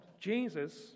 Jesus